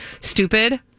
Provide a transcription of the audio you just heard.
stupid